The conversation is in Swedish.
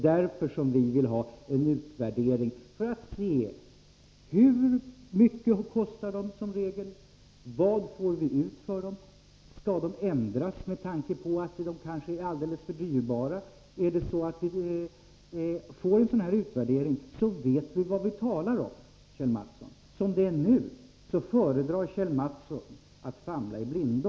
Därför vill vi ha en utvärdering för att se hur mycket det som regel kostar, vad vi får ut, och om vi skall vidta ändringar med tanke på att det kanske är alldeles för dyrbart. Får vi en sådan utvärdering, så vet vi sedan vad vi talar om. Som det är nu föredrar Kjell Mattsson att famla i blindo.